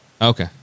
Okay